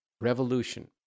Revolution